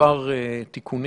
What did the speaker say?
מספר תיקונים.